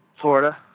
Florida